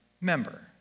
member